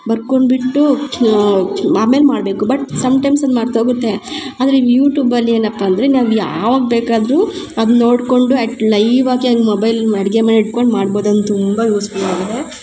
ಬರ್ಕೊಂಡ್ ಬಿಟ್ಟು ಆಮೇಲ್ ಮಾಡ್ಬೇಕು ಬಟ್ ಸಮ್ ಟೈಮ್ಸ್ ಅದ್ ಮರ್ತ್ ಹೋಗುತ್ತೆ ಆದ್ರೆ ಯೂಟ್ಯೂಬಲ್ಲಿ ಏನಪ್ಪ ಅಂದರೆ ನಾವು ಯಾವಾಗ ಬೇಕಾದರು ಅದು ನೋಡ್ಕೊಂಡು ಎಟ್ ಲೈವಾಗಿ ಅಲ್ಲಿ ಮೊಬೈಲ್ ಅಡ್ಗೆ ಮನೆಲಿ ಇಡ್ಕೊಂಡು ಮಾಡ್ಬೋದು ನಂಗ ತುಂಬಾ ಯೂಝ್ಫುಲ್ ಆಗಿದೆ